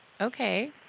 Okay